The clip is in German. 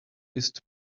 ist